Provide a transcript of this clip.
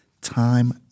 time